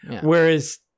whereas